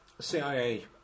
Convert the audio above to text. CIA